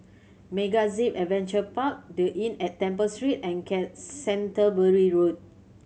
MegaZip Adventure Park The Inn at Temple Street and Canterbury Road